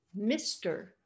Mr